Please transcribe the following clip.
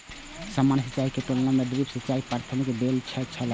सामान्य सिंचाई के तुलना में ड्रिप सिंचाई के प्राथमिकता देल जाय छला